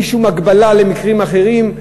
בלי שום הקבלה למקרים אחרים,